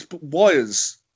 Wires